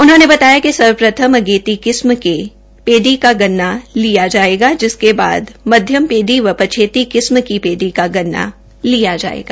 उन्होंने बताया कि सर्वप्रथम अगेती किस्म के पेडी का गन्न लिया जोयगा जिसके बाद मध्यम पेडी व पछेती किस्त की पेडी का गन्ना लिया जायेगा